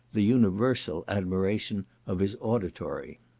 the universal admiration of his auditory.